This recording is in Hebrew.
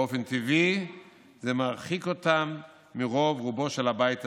באופן טבעי זה מרחיק אותם מרוב-רובו של הבית הזה.